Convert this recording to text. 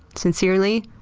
sincerely,